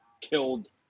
killed